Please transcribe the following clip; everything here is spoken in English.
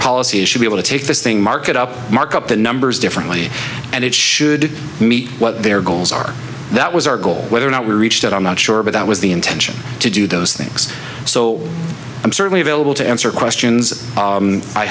policy should be able to take this thing mark it up mark up the numbers differently and it should meet what their goals are that was our goal whether or not we reached that i'm not sure but that was the intention to do those things so i'm certainly available to answer questions